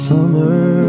Summer